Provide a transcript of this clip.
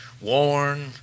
worn